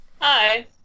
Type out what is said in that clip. Hi